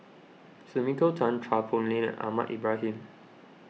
Sumiko Tan Chua Poh Leng Ahmad Ibrahim